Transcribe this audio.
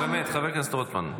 באמת, חבר הכנסת רוטמן.